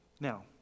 Now